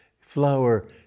flower